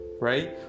right